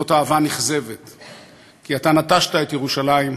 זאת אהבה נכזבת, כי אתה נטשת את ירושלים,